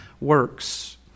works